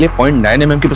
yeah point nine m m